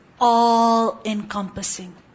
all-encompassing